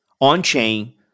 on-chain